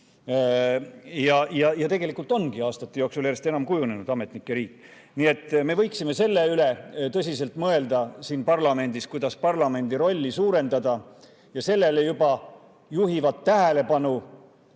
Ja tegelikult ongi aastate jooksul järjest enam kujunenud ametnike riik. Nii et me võiksime selle üle tõsiselt mõelda siin parlamendis, kuidas parlamendi rolli suurendada. Sellele juba juhivad tähelepanu